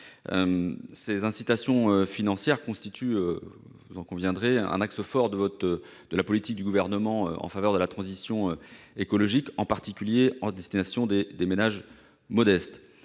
Ces incitations financières constituent- vous en conviendrez -un axe fort de la politique du Gouvernement en faveur de la transition écologique, en particulier à destination des ménages modestes.